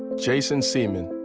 jason seaman.